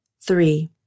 Three